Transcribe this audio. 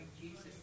Jesus